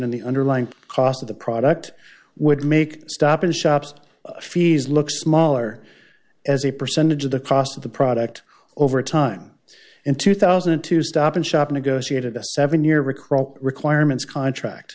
in the underlying cost of the product would make stop and shops fees look smaller as a percentage of the cost of the product over time in two thousand and two stop and shop negotiated a seven year recall requirements contract